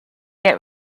get